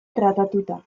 tratatuta